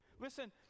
Listen